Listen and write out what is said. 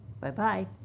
Bye-bye